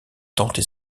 tenter